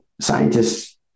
scientists